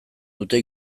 dute